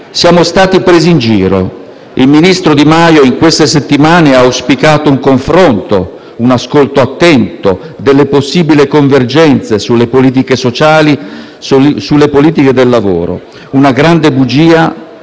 Siamo stati presi in giro. Il ministro Di Maio in queste settimane ha auspicato un confronto, un ascolto attento, possibili convergenze sulle politiche sociali e sulle politiche del lavoro: è una grande bugia,